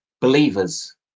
believers